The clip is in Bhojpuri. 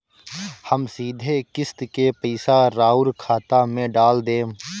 हम सीधे किस्त के पइसा राउर खाता में डाल देम?